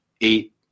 eight